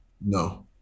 No